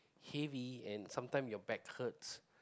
heavy and sometime your back hurts